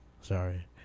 Sorry